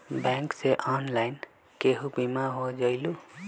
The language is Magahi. बैंक से ऑनलाइन केहु बिमा हो जाईलु?